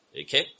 Okay